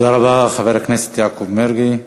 תודה רבה, חבר הכנסת יעקב מרגי.